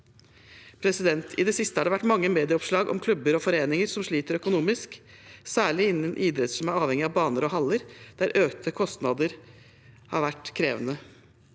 fritid. I det siste har det vært mange medieoppslag om klubber og foreninger som sliter økonomisk, særlig innen idrett som er avhengig av baner og haller, der økte kostnader har vært krevende.